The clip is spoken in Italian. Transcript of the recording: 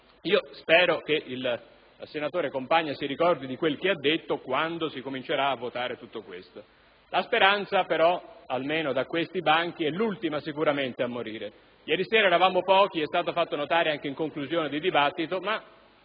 Spero che il senatore Compagna si ricordi quel che ha detto quando si comincerà a votare. La speranza, almeno da questi banchi, è l'ultima a morire. Ieri sera eravamo pochi, come è stato fatto notare in conclusione di dibattito, e